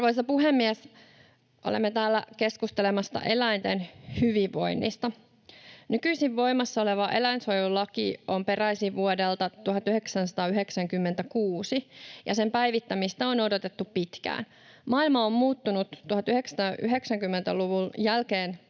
Arvoisa puhemies! Olemme täällä keskustelemassa eläinten hyvinvoinnista. Nykyisin voimassa oleva eläinsuojelulaki on peräisin vuodelta 1996, ja sen päivittämistä on odotettu pitkään. Maailma on muuttunut 1990‑luvun jälkeen